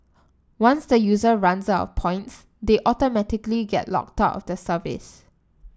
once the user runs out of points they automatically get locked out of the service